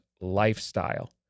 lifestyle